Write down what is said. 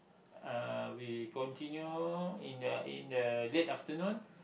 uh we continue in the in the late afternoon